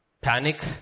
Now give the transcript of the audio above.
Panic